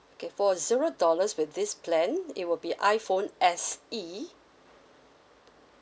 okay for zero dollars with this plan it will be iphone S E